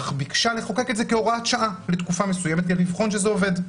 אך ביקשה לחוקק את זה כהוראת שעה לתקופה מסוימת כדי לבחון שזה עובד.